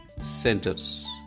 centers